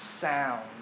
sound